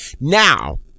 now